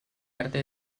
arte